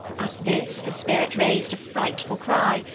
at this the spirit raised a frightful cry,